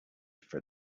for